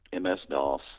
MS-DOS